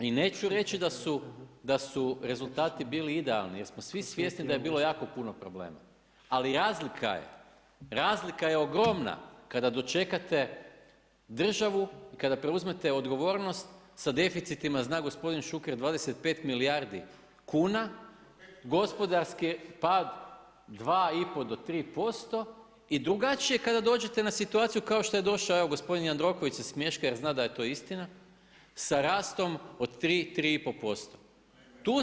I neću reći da su rezultati bili idealni jer smo svi svjesni da je bilo jako problema, ali razlika je ogroman kada dočekate državu i kada preuzmete odgovornost sa deficitima, zna gospodin Šuker, 25 milijardi kuna, gospodarski pad 2,5 do 3% i drugačije kada dođete na situaciju kao što je došao evo gospodin Jandroković se smješka jer zna da je to istina, sa rastom od 3, 3,5%